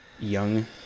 young